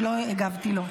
לא הגבתי לו.